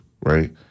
right